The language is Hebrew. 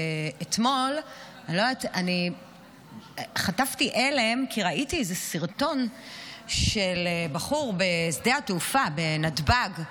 אתמול חטפתי הלם כי ראיתי איזה סרטון של בחור בשדה התעופה בנתב"ג.